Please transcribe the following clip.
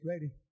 ready